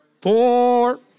four